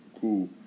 Cool